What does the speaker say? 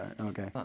okay